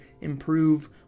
improve